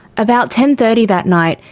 about ten. thirty that night,